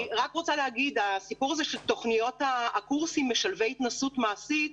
הסיפור הזה של תוכניות הקורסים משלבי התנסות מעשית,